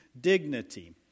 dignity